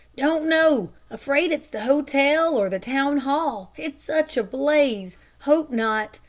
don't know afraid it's the hotel, or the town hall. it's such a blaze. hope not.